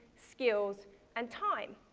skills and time.